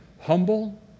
humble